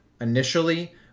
initially